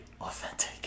authentic